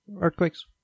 earthquakes